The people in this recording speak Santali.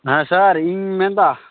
ᱦᱮᱸ ᱥᱟᱨ ᱤᱧᱤᱧ ᱢᱮᱱᱮᱫᱟ